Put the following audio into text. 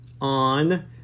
on